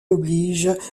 oblige